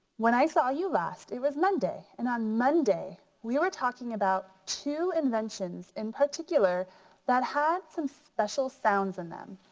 when i saw you last it was monday. and on monday we were talking about two inventions in particular that had some special sounds in them.